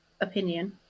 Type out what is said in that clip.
opinion